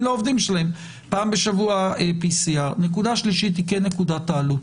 לעובדים שלהם: פעם בשבוע PCR. נקודה שלישית היא נקודת העלות.